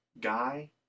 guy